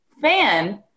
fan